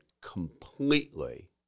completely